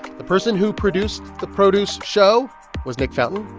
the person who produced the produce show was nick fountain,